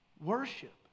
worship